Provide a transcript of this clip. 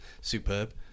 superb